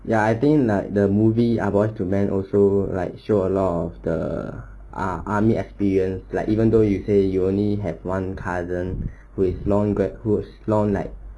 ya I think like the movie ah boys to men also like show a lot of the ah army experience like even though you say you only had one cousin who is long grad long like